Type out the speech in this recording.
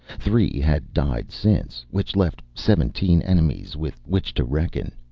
three had died since, which left seventeen enemies with which to reckon.